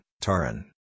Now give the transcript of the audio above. Taran